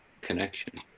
connection